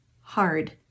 hard